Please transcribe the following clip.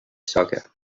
soccer